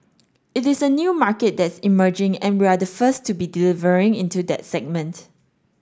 it is a new market that's emerging and we're the first to be delivering into that segment